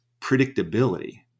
predictability